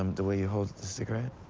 um the way you hold the cigarette.